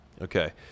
Okay